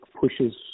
pushes